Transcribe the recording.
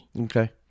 Okay